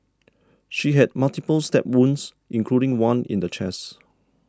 she had multiple stab wounds including one in the chest